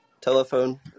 telephone